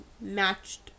matched